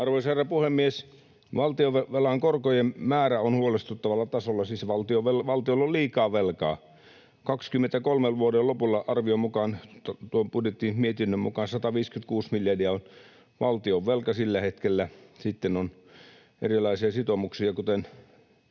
Arvoisa herra puhemies! Valtionvelan korkojen määrä on huolestuttavalla tasolla, siis valtiolla on liikaa velkaa. Vuoden 23 lopulla arvion mukaan, tuon budjettimietinnön mukaan, 156 miljardia on valtionvelka sillä hetkellä. Sitten on erilaisia sitoumuksia ja, kuten